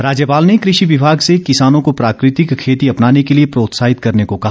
राज्यपाल ने कृषि विभाग से किसानों को प्राकृतिक खेती अपनाने के लिए प्रोत्साहित करने को कहा